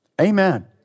Amen